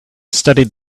studied